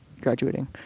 graduating